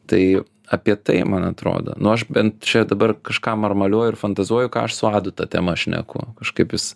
tai apie tai man atrodo nu aš bent čia dabar kažką marmaliuoju ir fantazuoju ką aš su adu ta tema šneku kažkaip jis